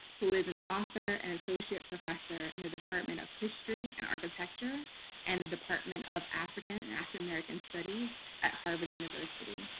who is an author and associate professor in the department of history and architecture and the department of african and african-american studies at harvard university.